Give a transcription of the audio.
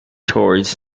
towards